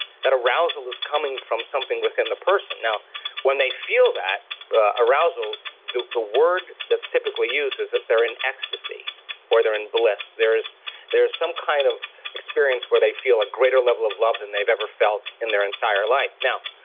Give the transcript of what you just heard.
that arousal is coming from something within the person. now when they feel that ah arousal, the the word that's typically used is that they're in ecstasy or they're in bliss there's some kind of experience where they feel a greater level of love than they've ever felt in their entire life now,